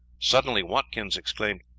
suddenly watkins exclaimed,